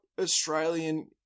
Australian